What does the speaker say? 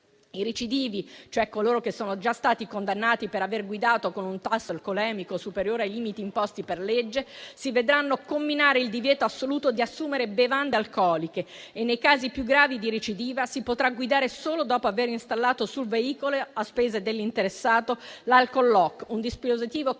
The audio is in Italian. I recidivi, cioè coloro che sono già stati condannati per aver guidato con un tasso alcolemico superiore ai limiti imposti per legge, si vedranno comminare il divieto assoluto di assumere bevande alcoliche e, nei casi più gravi di recidiva, si potrà guidare solo dopo aver installato sul veicolo, a spese dell'interessato, l'*alcolock*, un dispositivo che